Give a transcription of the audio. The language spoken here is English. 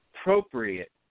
appropriate